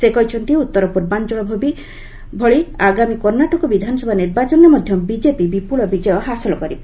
ସେ କହିଛନ୍ତି ଉତ୍ତର ପୂର୍ବାଞ୍ଚଳ ଭଳି ଆଗାମୀ କର୍ଷ୍ଣାଟକ ବିଧାନସଭା ନିର୍ବାଚନରେ ମଧ୍ୟ ବିକେପି ବିପ୍ତଳ ବିଜୟ ହାସଲ କରିବ